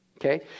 Okay